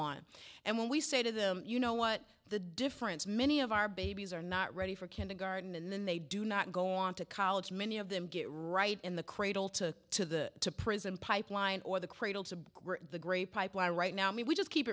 on and when we say to them you know what the difference many of our babies are not ready for kindergarten and then they do not go on to college many of them get right in the cradle to prison pipeline or the cradle to the grave pipeline right now and we just keep